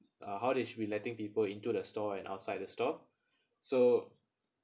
uh how did they letting people into the store and outside the store so